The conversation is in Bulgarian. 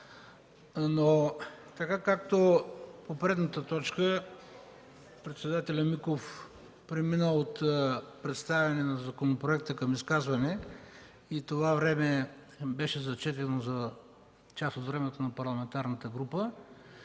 минути. Както по предната точка председателят Михаил Миков премина от представяне на законопроекта към изказвания и това време беше зачетено за част от времето на парламентарната група,